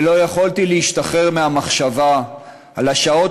ולא יכולתי להשתחרר מהמחשבה על השעות